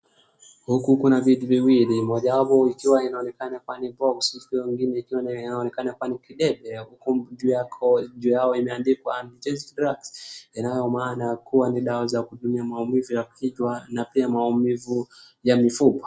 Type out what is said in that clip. Huku kuna vitu viwili. Mmoja wapo ikiwa inaonekana kuwa ni boxi. Huku hiyo ingine ikiwa inaonekana kuwa ni kidebe. Huku juu yao imeandikwa analgesic drugs inayo maana kuwa ni dawa za kutuliza maumivu ya kichwa na pia maumivu ya mifupa.